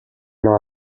not